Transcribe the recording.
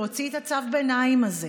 להוציא את צו הביניים הזה,